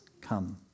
come